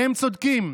והם צודקים.